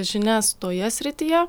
žinias toje srityje